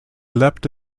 leapt